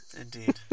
Indeed